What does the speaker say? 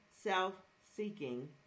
self-seeking